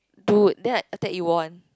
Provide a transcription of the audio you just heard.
dude then after that you won